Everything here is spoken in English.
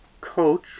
coach